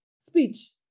speech